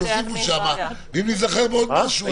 תוסיפו שם ואם ניזכר בעוד משהו,